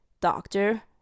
doctor